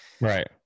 Right